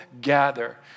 gather